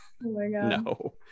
No